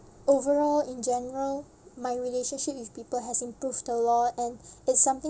overall in general my relationship with people has improved a lot and it's something